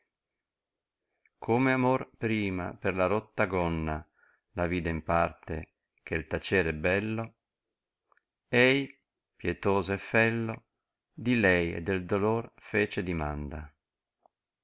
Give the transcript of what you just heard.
come amor prima per la rotta gonna la tide in parte che tacere è bello i pietoso e fello di lei e del dolor fece dimanda